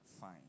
fine